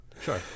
sure